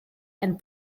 and